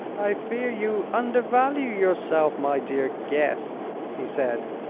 i fear you undervalue yourself, my dear guest, he said.